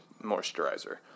moisturizer